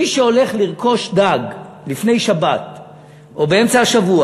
מי שהלך לרכוש דג לפני שבת או באמצע השבוע,